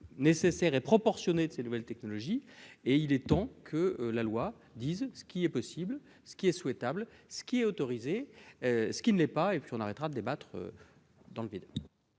Un usage proportionné de ces outils est donc nécessaire, et il est temps que la loi dise ce qui est possible, ce qui est souhaitable, ce qui est autorisé, ce qui ne l'est pas- et nous arrêterons de débattre dans le vide.